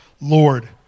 Lord